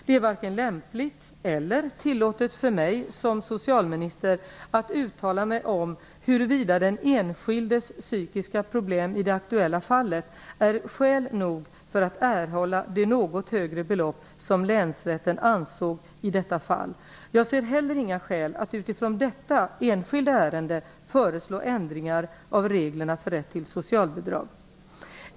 Det är varken lämpligt eller tillåtet för mig som socialminister att uttala mig om huruvida den enskildes psykiska problem i det aktuella fallet är skäl nog för att erhålla det något högre belopp som länsrätten ansåg i detta fall. Jag ser heller inga skäl att utifrån detta enskilda ärende föreslå ändringar av reglerna för rätt till socialbidrag.